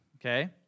okay